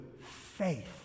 faith